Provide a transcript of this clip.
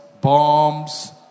bombs